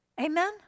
amen